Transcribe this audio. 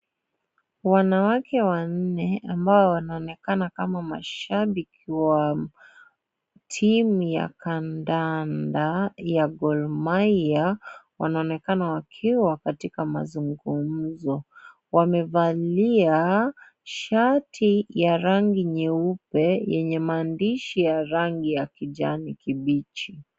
Wanawake wanne ambao wanaonekana kama mashabiki wa timu ya kandanda ya Gor Mahia wanaonekana wakiwa katika mazungumzo. Wamevalia shati ya rangi nyeupe yenye maandishi ya rangi ya kijani kibichi.